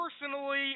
personally